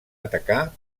atacar